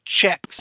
checks